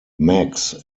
max